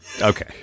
Okay